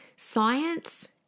science